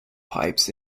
pipes